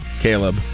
Caleb